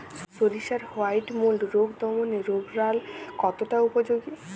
সরিষার white mould রোগ দমনে রোভরাল কতটা উপযোগী?